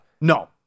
No